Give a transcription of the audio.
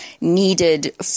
needed